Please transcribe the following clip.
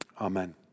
amen